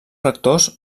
rectors